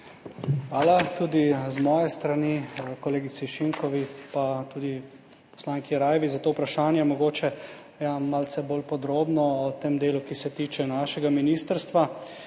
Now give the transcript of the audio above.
Tudi z moje strani hvala kolegici Šinko in tudi poslanki Jeraj za to vprašanje. Mogoče malce bolj podrobno o tem delu, ki se tiče našega ministrstva.